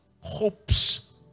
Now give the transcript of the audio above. hopes